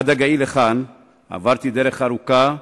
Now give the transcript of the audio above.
עד הגיעי לכאן עברתי דרך ארוכה,